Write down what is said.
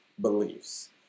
beliefs